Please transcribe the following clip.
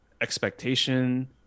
expectation